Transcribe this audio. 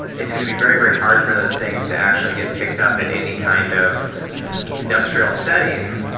it's going to be very, very hard for those things to actually get picked up in any kind of industrial setting,